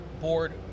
board